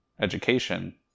education